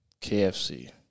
kfc